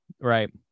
right